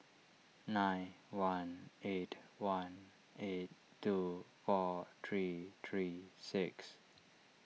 nine one eight one eight two four three three six